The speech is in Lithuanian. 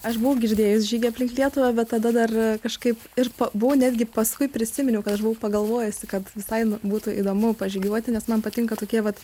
aš buvau girdėjus žygį aplink lietuvą bet tada dar kažkaip ir pa buvau netgi paskui prisiminiau kad aš buvau pagalvojusi kad visai būtų įdomu pažygiuoti nes man patinka tokie vat